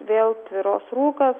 vėl tvyros rūkas